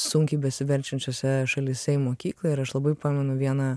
sunkiai besiverčiančiose šalyse į mokyklą ir aš labai pamenu vieną